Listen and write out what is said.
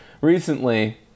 Recently